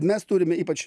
mes turime ypač